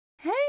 Hey